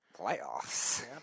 Playoffs